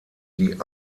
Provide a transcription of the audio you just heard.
die